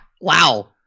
Wow